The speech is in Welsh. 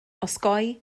osgoi